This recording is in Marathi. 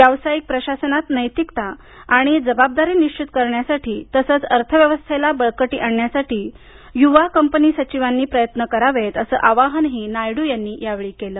व्यावसायिक प्रशासनात नैतिकता आणि जबाबदारी निश्वित करण्यासाठी तसंच अर्थव्यवस्थेला बळकटी आणण्यासाठी युवा कंपनी सचिवांनी प्रयत्न करावेत असं आवाहनही नायडू यांनी यावेळी केलं